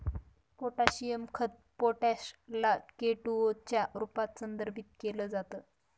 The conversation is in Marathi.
पोटॅशियम खत पोटॅश ला के टू ओ च्या रूपात संदर्भित केल जात